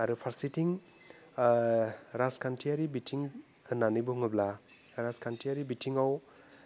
आरो फार्सेथिं राजखान्थियारि बिथिं होन्नानै बुङोब्ला राजखान्थियारि बिथिङाव